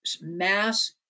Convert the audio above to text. mass